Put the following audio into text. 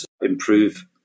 improve